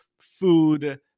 food